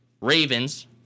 Ravens